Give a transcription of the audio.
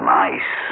nice